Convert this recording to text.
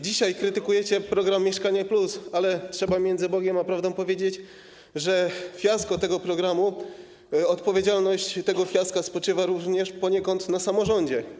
Dzisiaj krytykujecie program ˝Mieszkanie+˝, ale trzeba między Bogiem a prawdą powiedzieć, że fiasko tego programu, odpowiedzialność za to fiasko spoczywa również poniekąd na samorządzie.